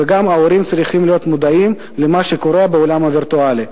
וגם ההורים צריכים להיות מודעים למה שקורה בעולם הווירטואלי.